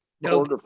No